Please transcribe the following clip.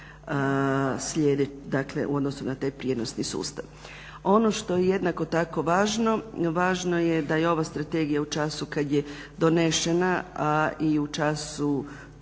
povećati u odnosu na taj prijenosni sustav. Ono što je jednako tako važno, važno je da je ova strategija u času kada je donešena i u času